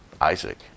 Isaac